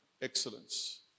excellence